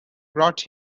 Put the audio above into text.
brought